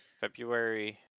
February